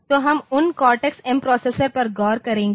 तो हम उन कोर्टेक्स एम प्रोसेसर पर गौर करेंगे